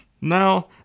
Now